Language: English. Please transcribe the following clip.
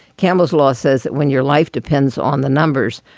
campbell's law says that when your life depends on the numbers,